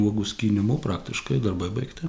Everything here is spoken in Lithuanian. uogų skynimu praktiškai darbai baigti